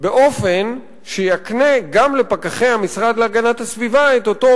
באופן שיקנה גם לפקחי המשרד להגנת הסביבה את אותו